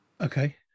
Okay